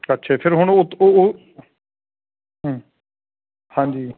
ਅੱਛਾ ਫਿਰ ਹੁਣ ਓ ਤਾਂ ਓ ਉਹ ਹਾਂਜੀ